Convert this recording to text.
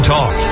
Talk